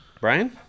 Brian